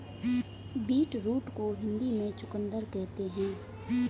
beetroot को हिंदी में चुकंदर कहते हैं